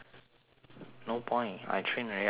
no point I train already I don't want eat